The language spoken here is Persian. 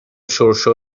شرشر